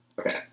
Okay